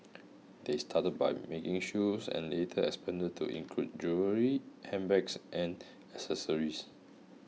they started by making shoes and later expanded to include jewellery handbags and accessories